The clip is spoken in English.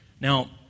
Now